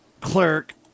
clerk